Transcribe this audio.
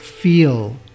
feel